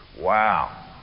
Wow